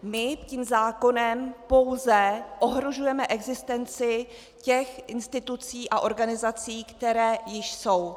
My tím zákonem pouze ohrožujeme existenci těch institucí a organizací, které již jsou.